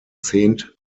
zehnt